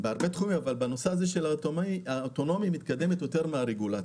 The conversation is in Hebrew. בהרבה תחומים אבל בנושא של הרכב האוטונומי היא מתקדמת יותר מהרגולציה.